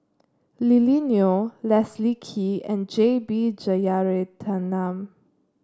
Lily Neo Leslie Kee and J B Jeyaretnam